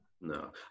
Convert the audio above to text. no